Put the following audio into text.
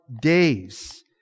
days